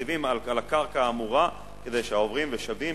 מציבים על הקרקע האמורה כדי שהעוברים ושבים,